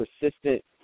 persistent